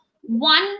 one